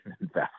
invest